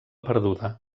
perduda